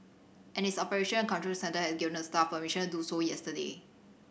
and its operation control centre had given the staff permission to do so yesterday